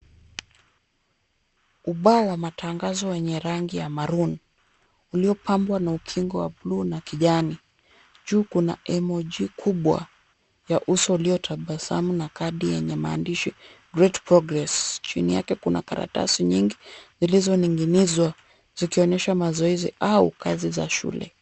Ubao wa matangazo wenye rangi ya maroon uliopambwa na ukingo wa buluu na kijani. Juu kuna emoji kubwa ya uso uliotabasamu na kadi yenye maandishi Great progress . Chini yake kuna karatasi nyingi zilizoning'inizwa zikionyesha mazoezi au kazi za shule.